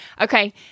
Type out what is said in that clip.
Okay